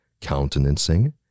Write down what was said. countenancing